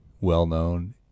well-known